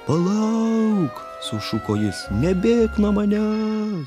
palauk sušuko jis nebėk nuo manęs